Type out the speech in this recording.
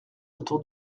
autour